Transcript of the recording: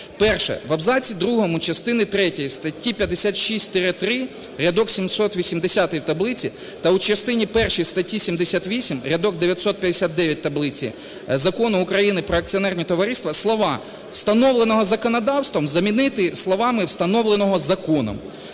Перше. В абзаці 2 частини третьої статті 56-3 рядок 780 в таблиці та у частині першій статті 78 рядок 959 таблиці Закону України "Про акціонерні товариства" слова "встановленого законодавством" замінити словами "встановленого законом".